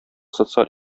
социаль